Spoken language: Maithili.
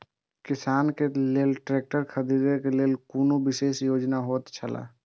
किसान के लेल ट्रैक्टर खरीदे के लेल कुनु विशेष योजना होयत छला?